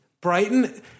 Brighton